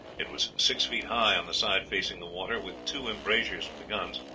it was six feet high on the side facing the water, with two embrasures for the guns,